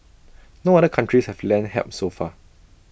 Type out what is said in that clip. no other countries have lent help so far